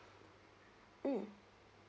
mm